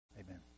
Amen